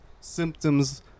symptoms